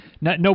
no